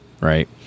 right